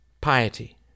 piety